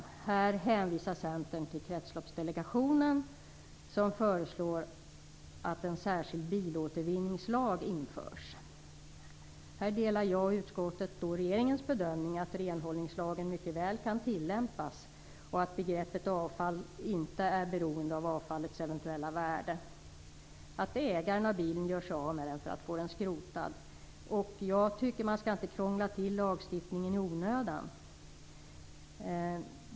Centern hänvisar till Kretsloppsdelegationen som föreslår att en särskild bilåtervinningslag införs. I den här frågan delar jag och utskottet regeringens bedömning att renhållningslagen mycket väl kan tillämpas och att begreppet avfall inte är beroende av avfallets eventuella värde. Ägaren till en bil gör ju sig av med bilen för att få den skrotad. Jag tycker inte att man skall krångla till lagstiftningen i onödan.